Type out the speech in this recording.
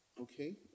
Okay